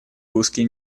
узкие